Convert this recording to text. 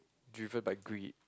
driven by greed